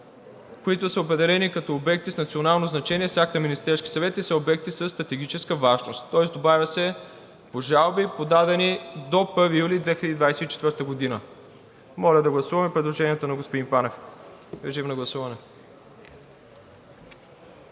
които са определени като обекти с национално значение с акт на Министерския съвет и са обекти със стратегическа важност.“ Тоест добавя се: „по жалби, подадени до 1 юли 2024 г.“ Моля да гласуваме предложението на господин Панев. Гласували